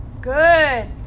good